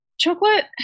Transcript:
Chocolate